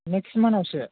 next मान्थावसो